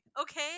okay